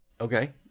Okay